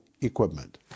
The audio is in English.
equipment